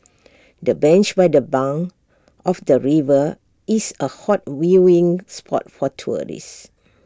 the bench by the bank of the river is A hot viewing spot for tourists